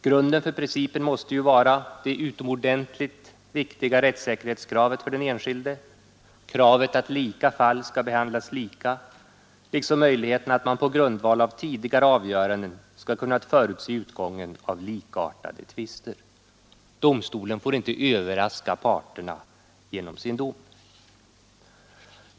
Grunden för principen måste vara det utomordentligt viktiga rättssäkerhetskravet för den enskilde: kravet att lika fall skall behandlas lika, liksom möjligheten att man på grundval av tidigare avgöranden skall kunna förutse utgången av likartade tvister. Domstolen får inte överraska parterna genom sin dom.